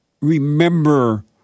remember